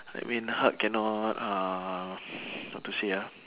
that mean hulk cannot uh how to say ah